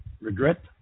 regret